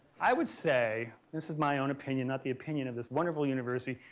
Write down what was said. i would say, this is my own opinion, not the opinion of this wonderful university.